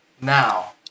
now